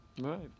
right